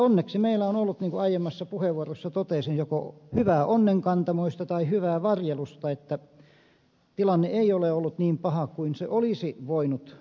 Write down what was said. onneksi meillä on ollut niin kuin aiemmassa puheenvuorossa totesin joko hyvää onnenkantamoista tai hyvää varjelusta että tilanne ei ole ollut niin paha kuin se olisi voinut olla